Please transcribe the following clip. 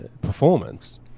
performance